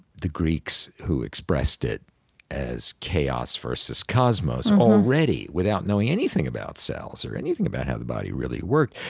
the greeks, who expressed it as chaos versus cosmos, already, without knowing anything about cells or anything about how the body really worked,